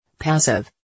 Passive